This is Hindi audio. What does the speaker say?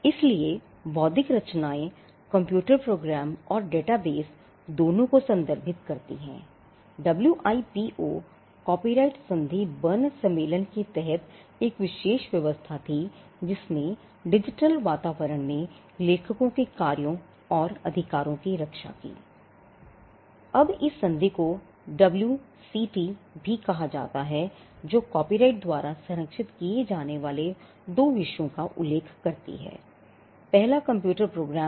इसलिए बौद्धिक रचनाएँ कंप्यूटर प्रोग्राम और डेटा बेस संकलन है